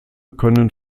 können